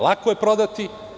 Lako je prodati.